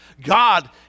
God